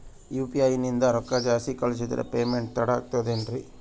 UPI ನಿಂದ ರೊಕ್ಕ ಜಾಸ್ತಿ ಕಳಿಸಿದರೆ ಪೇಮೆಂಟ್ ತಡ ಆಗುತ್ತದೆ ಎನ್ರಿ?